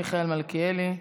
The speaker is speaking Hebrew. של חבר הכנסת מיכאל מלכיאלי.